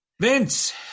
Vince